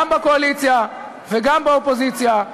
גם בקואליציה וגם באופוזיציה,